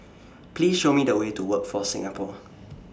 Please Show Me The Way to Workforce Singapore